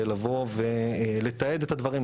לבוא ולתעד את הדברים,